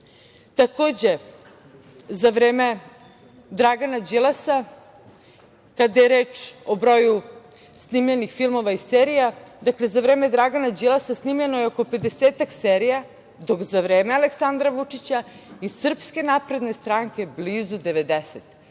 muzeja. Takođe, za vreme Dragana Đilasa, kada je reč o broju snimljenih filmova i serija, dakle za vreme Dragana Đilasa snimljeno je oko pedesetak serija, dok za vreme Aleksandra Vučića i SNS blizu 90,